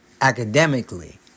academically